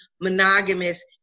monogamous